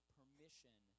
permission